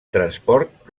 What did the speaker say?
transport